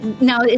Now